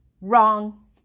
Wrong